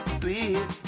sweet